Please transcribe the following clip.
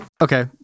Okay